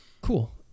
Cool